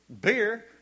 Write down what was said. beer